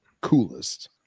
coolest